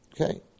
Okay